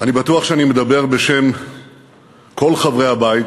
אני בטוח שאני מדבר בשם כל חברי הבית